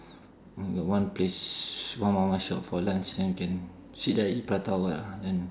mm got one place one mama shop for lunch then we can sit there eat prata or what ah then